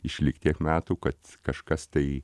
išlikt tiek metų kad kažkas tai